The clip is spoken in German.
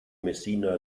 messina